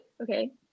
Okay